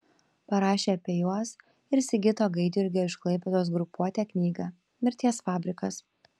parašė apie juos ir sigito gaidjurgio iš klaipėdos grupuotę knygą mirties fabrikas